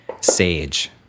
sage